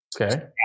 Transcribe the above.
Okay